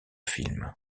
film